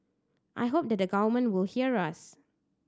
I hope that the government will hear us